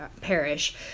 parish